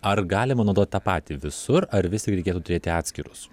ar galima naudot tą patį visur ar visgi reikėtų turėti atskirus